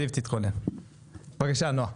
בבקשה, נועה.